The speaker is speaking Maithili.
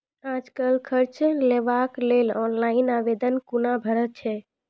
आज कल कर्ज लेवाक लेल ऑनलाइन आवेदन कूना भरै छै?